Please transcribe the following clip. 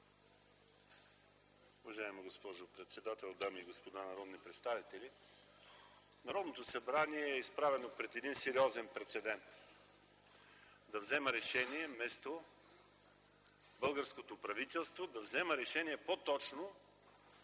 Уважаема госпожо председател, дами и господа народни представители! Народното събрание е изправено пред един сериозен прецедент – да взема решение вместо българското правителство. Да взема решение по-точно